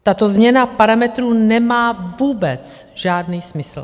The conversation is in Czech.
Tato změna parametrů nemá vůbec žádný smysl.